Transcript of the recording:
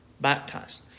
baptized